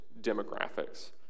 demographics